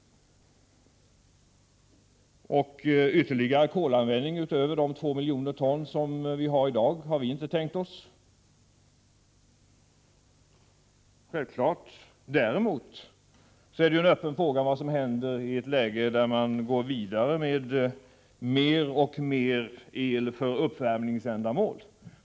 Någon ytterligare kolanvändning utöver de 2 miljoner ton som i dag förbrukas har vi självfallet inte tänkt oss. Det är däremot en öppen fråga vad som händer i ett läge där man går vidare och använder mer och mer el för uppvärmningsändamål.